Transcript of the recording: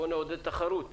בואו נעודד תחרות בענף,